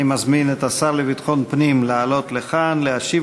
אני מזמין את השר לביטחון פנים לעלות לכאן ולהשיב